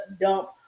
dump